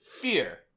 Fear